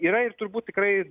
yra ir turbūt tikrai